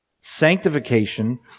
Sanctification